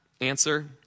answer